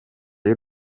y’u